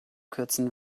kürzen